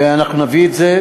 ואנחנו נביא את זה,